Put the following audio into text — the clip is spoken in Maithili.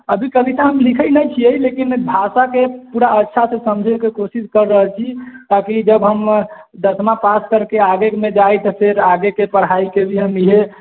अभी कविता हम लिखै नहि छियै लेकिन भाषा के पूरा अच्छा से समझै के कोशिश कर रहल छी ताकि जब हम दसमा पास करके आगेमे जाइ तऽ फेर आगेके पढाइके भी हम इहे